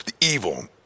evil